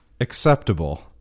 Acceptable